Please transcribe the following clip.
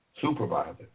supervisor